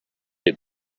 had